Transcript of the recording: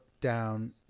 down